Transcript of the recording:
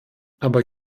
aber